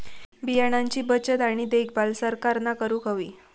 बियाणांची बचत आणि देखभाल सरकारना करूक हवी